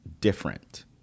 different